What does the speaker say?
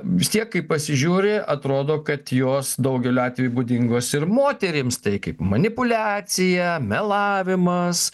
vis tiek kai pasižiūri atrodo kad jos daugeliu atvejų būdingos ir moterims tai kaip manipuliacija melavimas